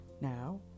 now